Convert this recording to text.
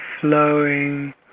flowing